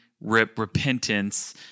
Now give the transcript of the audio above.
repentance